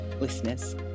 listeners